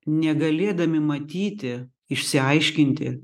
negalėdami matyti išsiaiškinti